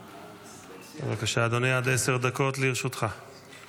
טיבי לנמק את ההצעה מטעם סיעות חד"ש-תע"ל